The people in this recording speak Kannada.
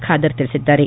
ಖಾದರ್ ತಿಳಿಸಿದ್ದಾರೆ